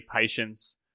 patience